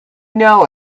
know